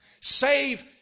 Save